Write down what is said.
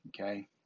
Okay